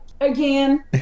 again